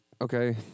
Okay